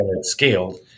scaled